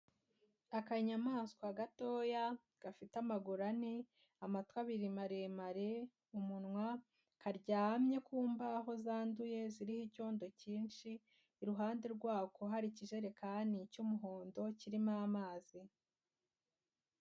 Akanyamaswa gatoya gafite amaguru ane, amatwi abiri maremare, umunwa, karyamye ku mbaho zanduye ziriho icyondo cyinshi, iruhande rwako hari ikijerekani cy'umuhondo kirimo amazi.